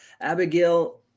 Abigail